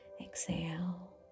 exhale